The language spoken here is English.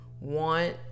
want